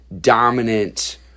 dominant